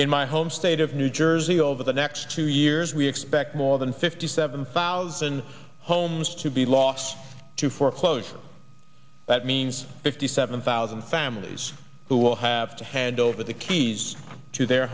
in my home state of new jersey over the next two years we expect more than fifty seven thousand homes to be lost to foreclosure that means fifty seven thousand families who will have to hand over the keys to their